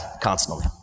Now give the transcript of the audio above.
constantly